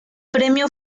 premio